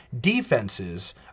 defenses